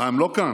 אה, הם לא כאן?